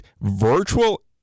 virtual